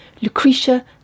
Lucretia